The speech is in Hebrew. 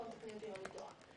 תקני אותי אם אני טועה.